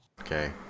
Okay